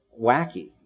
wacky